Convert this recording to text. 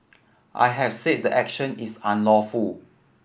I have said the action is unlawful